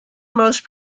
most